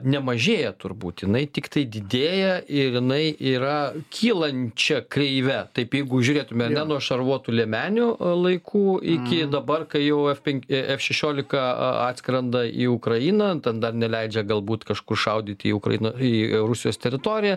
nemažėja turbūt jinai tiktai didėja ir jinai yra kylančia kreive taip jeigu žiūrėtume ar ne nuo šarvuotų liemenių laikų iki dabar kai jau f penki f šešiolika atskrenda į ukrainą ten dar neleidžia galbūt kažkur šaudyti į ukrainą į rusijos teritoriją